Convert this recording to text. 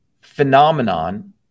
phenomenon